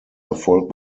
erfolg